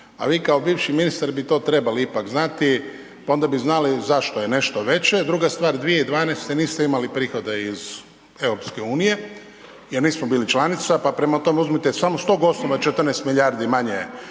a vi kao bivši ministar bi to trebali ipak znati pa onda bi znali zašto je nešto veće, Druga stvar, 2012. niste imali prihoda iz EU-a jer nismo bili članica pa prema uzmite samo s tog osnova, 14 milijarde manje